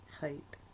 hope